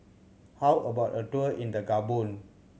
how about a tour in the Gabon